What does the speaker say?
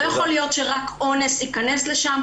לא יכול להיות שרק אונס ייכנס לזה,